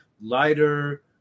lighter